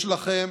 יש לכם